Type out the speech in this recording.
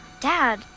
dad